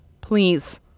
please